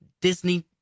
Disney